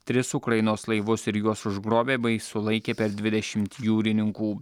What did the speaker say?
tris ukrainos laivus ir juos užgrobė bai sulaikė per dvidešimt jūrininkų